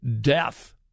death